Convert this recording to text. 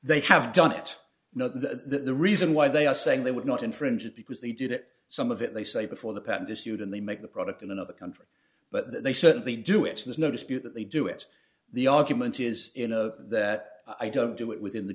they have done it you know the reason why they are saying they would not infringe it because they did it some of it they say before the patent issued and they make the product in another country but they certainly do it there's no dispute that they do it the argument is you know that i don't do it within the